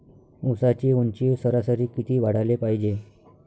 ऊसाची ऊंची सरासरी किती वाढाले पायजे?